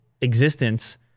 existence